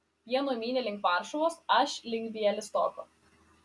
jie numynė link varšuvos aš link bialystoko